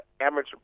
amateur